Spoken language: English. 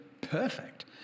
perfect